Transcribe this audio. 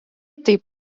taip